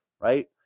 right